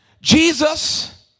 Jesus